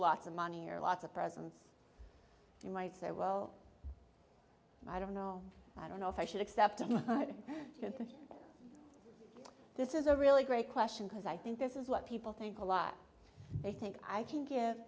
of money or lots of presents you might say well i don't know i don't know if i should accept this is a really great question because i think this is what people think a lot they think i can g